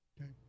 Okay